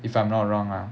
if I'm not wrong lah